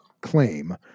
claim